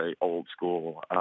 old-school